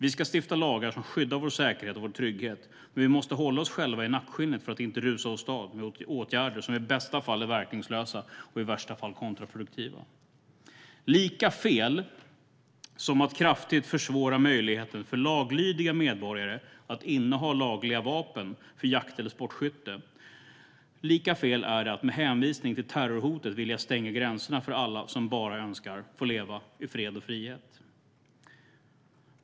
Vi ska stifta lagar som skyddar vår säkerhet och vår trygghet, men vi måste hålla oss själva i nackskinnet för att inte rusa åstad med åtgärder som i bästa fall är verkningslösa och i värsta fall kontraproduktiva. Lika fel som att kraftigt försvåra möjligheten för laglydiga medborgare att inneha lagliga vapen för jakt eller sportskytte är det att med hänvisning till terrorhotet vilja stänga gränserna för alla som bara önskar att leva i fred och frihet.